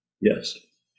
yes